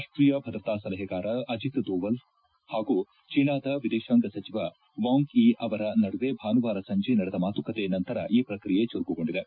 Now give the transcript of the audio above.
ರಾಷ್ಟೀಯ ಭದ್ರತಾ ಸಲಹೆಗಾರ ಅಜಿತ್ ದೋವಲ್ ಹಾಗೂ ಚೀನಾದ ವಿದೇಶಾಂಗ ಸಚಿವ ವಾಂಗ್ ಯಿ ಅವರ ನಡುವೆ ಭಾನುವಾರ ಸಂಜೆ ನಡೆದ ಮಾತುಕತೆ ನಂತರ ಈ ಪ್ರಕ್ರಿಯೆ ಚುರುಕುಗೊಂಡಿದೆ